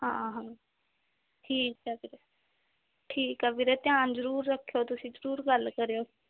ਹਾਂ ਠੀਕ ਹੈ ਵੀਰੇ ਠੀਕ ਆ ਵੀਰੇ ਧਿਆਨ ਜ਼ਰੂਰ ਰੱਖਿਓ ਤੁਸੀਂ ਜ਼ਰੂਰ ਗੱਲ ਕਰਿਓ